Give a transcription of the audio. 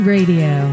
Radio